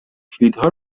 کلیدها